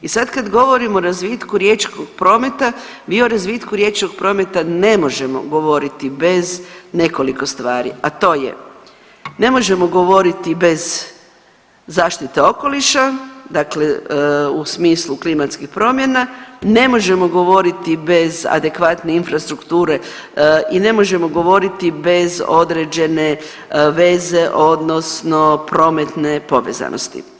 I sad kad govorim o razvitku riječkog prometa mi o razvitku riječnog prometa ne možemo govoriti bez nekoliko stvari, a to je: ne možemo govoriti bez zaštite okoliša, dakle u smislu klimatskih promjena, ne možemo govoriti bez adekvatne infrastrukture i ne možemo govoriti bez određene veze odnosno prometne povezanosti.